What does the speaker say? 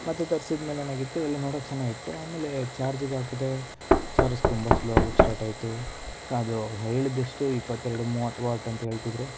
ಮತ್ತೆ ತರಿಸಿದ ಮೇಲೆ ಏನಾಗಿತ್ತು ಎಲ್ಲ ನೋಡಕ್ಕೆ ಚೆನ್ನಾಗಿತ್ತು ಆಮೇಲೆ ಚಾರ್ಜಿಗೆ ಹಾಕಿದೆ ಚಾರ್ಜ್ ತುಂಬ ಸ್ಲೋ ಆಗಕ್ಕೆ ಸ್ಟಾರ್ಟ್ ಆಯಿತು ಸೊ ಅದು ಹೇಳಿದ್ದೆಷ್ಟು ಇಪ್ಪತ್ತೆರಡು ಮೂವತ್ತು ವಾಟ್ ಅಂತ ಹೇಳ್ತಿದ್ದರು